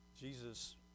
Jesus